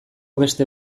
beste